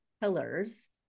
pillars